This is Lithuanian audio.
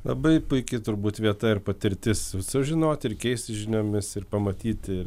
labai puiki turbūt vieta ir patirtis sužinoti ir keistis žiniomis ir pamatyti ir